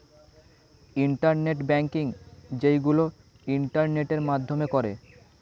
internet banking যেইগুলো ইন্টারনেটের মাধ্যমে করে